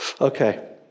Okay